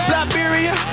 Liberia